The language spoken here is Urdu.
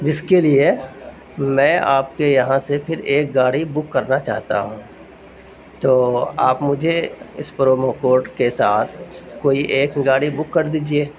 جس کے لیے میں آپ کے یہاں سے پھر ایک گاڑی بک کرنا چاہتا ہوں تو آپ مجھے اس پرومو کوڈ کے ساتھ کوئی ایک گاڑی بک کر دیجیے